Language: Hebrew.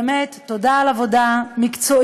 באמת תודה על עבודה מקצועית,